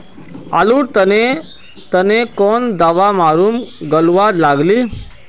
आलूर तने तने कौन दावा मारूम गालुवा लगली?